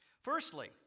Firstly